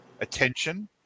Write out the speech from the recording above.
attention